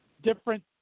different –